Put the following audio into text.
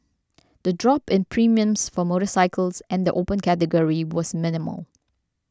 the drop in premiums for motorcycles and the Open Category was minimal